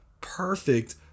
perfect